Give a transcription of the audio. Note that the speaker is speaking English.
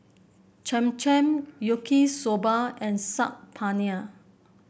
Cham Cham Yaki Soba and Saag Paneer